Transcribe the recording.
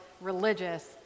religious